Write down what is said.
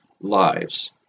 lives